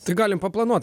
tai galime paplanuot